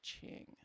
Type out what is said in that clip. Ching